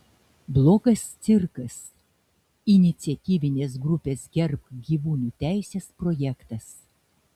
blogas cirkas iniciatyvinės grupės gerbk gyvūnų teises projektas